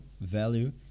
value